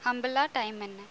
ஹம்பிலா time என்ன